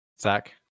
Zach